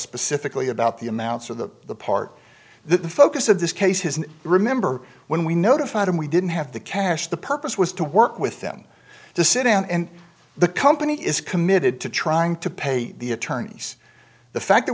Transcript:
specifically about the amounts or the the part that the focus of this case is remember when we notified him we didn't have the cash the purpose was to work with them to sit and the company is committed to trying to pay the attorneys the fact that